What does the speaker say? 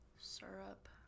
Syrup